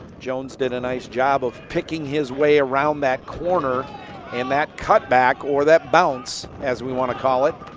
jones did a nice job of picking his way around that corner and that cutback, or that bounce, as we wanna call it